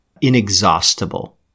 inexhaustible